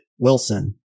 Wilson